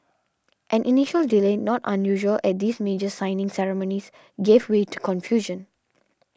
an initial delay not unusual at these major signing ceremonies gave way to confusion